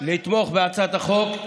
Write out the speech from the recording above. לתמוך בהצעת החוק,